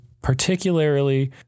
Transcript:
particularly